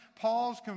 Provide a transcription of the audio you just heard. Paul's